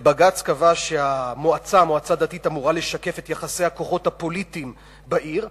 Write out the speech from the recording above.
ובג"ץ קבע שהמועצה הדתית אמורה לשקף את יחסי הכוחות הפוליטיים בעיר.